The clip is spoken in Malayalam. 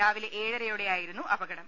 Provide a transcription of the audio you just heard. രാവിലെ ഏഴരയോടെയായി രുന്നു അപകടം